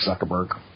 Zuckerberg